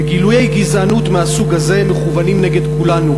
וגילויי גזענות מהסוג הזה מכוונים נגד כולנו.